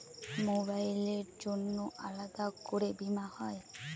মোবাইলের জন্য আলাদা করে বীমা হয়?